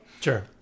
Sure